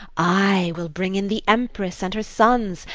i will bring in the empress and her sons,